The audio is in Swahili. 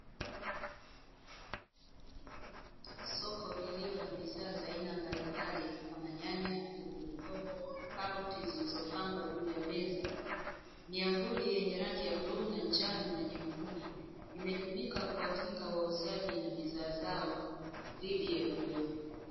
Soko lililo na bidhaa za aina mbalimbali kama: nyanya, pilipili hoho, karoti zilizopangwa juu ya meza. Miamvuli yenye rangi ya bluu na njano na nyekundu imetumika kuwakinga wauzaji na bidhaa zao dhidi ya jua.